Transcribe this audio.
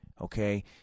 Okay